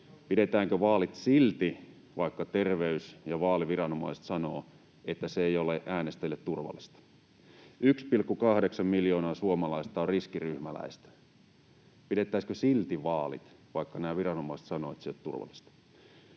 pidetäänkö vaalit silti, vaikka terveys‑ ja vaaliviranomaiset sanovat, että se ei ole äänestäjille turvallista. 1,8 miljoonaa suomalaista on riskiryhmäläisiä. Pidettäisiinkö silti vaalit, vaikka nämä viranomaiset sanovat, että se ei ole turvallista?